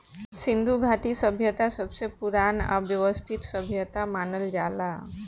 सिन्धु घाटी सभ्यता सबसे पुरान आ वयवस्थित सभ्यता मानल जाला